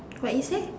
what you say